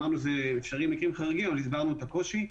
אמרנו שזה אפשרי במקרים חריגים והסברנו את הקושי,